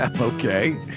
Okay